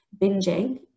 binging